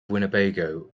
winnebago